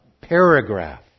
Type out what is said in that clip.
paragraph